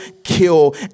kill